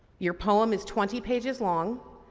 your poem is twenty pages long.